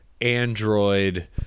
android